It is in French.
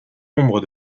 nombre